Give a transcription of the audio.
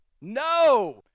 No